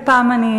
אולי פעם אני,